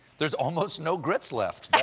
there's almost no grits left. i